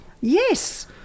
yes